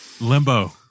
Limbo